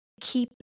keep